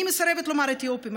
אני מסרבת לומר: אתיופים,